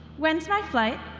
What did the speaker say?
when's my flight?